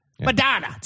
Madonna